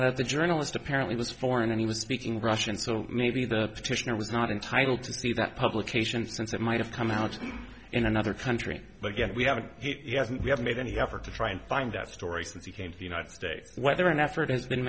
out of the journalist apparently was foreign and he was speaking russian so maybe the petitioner was not entitle to see that publication since it might have come out in another country but again we haven't he hasn't we haven't made any effort to try and find that story since he came to the united states whether an effort has been